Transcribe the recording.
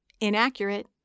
Inaccurate